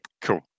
Cool